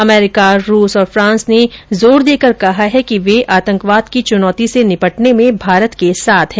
अमरीका रूस और फ्रांस ने जोरदेकर कहा है कि वे आतंकवाद की चुनौती से निपटने में भारत के साथ हैं